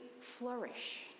flourish